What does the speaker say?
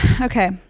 Okay